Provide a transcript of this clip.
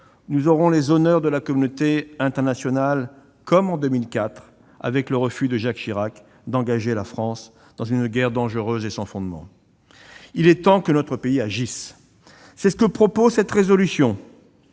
alors eu les honneurs de la communauté internationale, comme en 2004, avec le refus de Jacques Chirac d'engager la France dans une guerre dangereuse et sans fondement. Il est temps que notre pays agisse ! C'est ce que propose cette résolution.